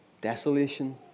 desolation